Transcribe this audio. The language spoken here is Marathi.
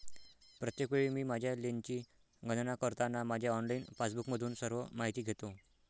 प्रत्येक वेळी मी माझ्या लेनची गणना करताना माझ्या ऑनलाइन पासबुकमधून सर्व माहिती घेतो